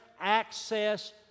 access